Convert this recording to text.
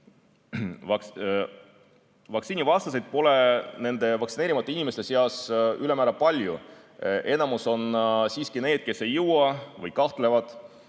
Vaktsiinivastaseid pole nende vaktsineerimata inimeste seas ülemäära palju. Enamus on siiski need, kes pole jõudnud või kahtlevad,